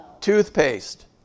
Toothpaste